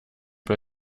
bei